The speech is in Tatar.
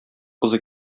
кызы